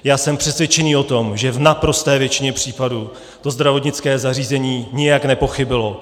Já jsem přesvědčený o tom, že v naprosté většině případů zdravotnické zařízení nijak nepochybilo.